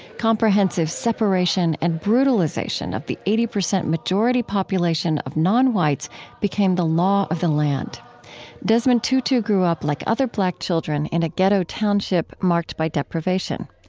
comprehensive separation and brutalization of the eighty percent majority population of non-whites became the law of the land desmond tutu grew up, like other black children, in a ghetto township marked by deprivation.